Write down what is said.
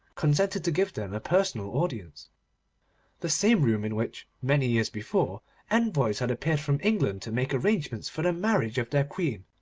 consented to give them a personal audience the same room in which, many years before envoys had appeared from england to make arrangements for the marriage of their queen,